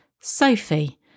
Sophie